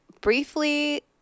briefly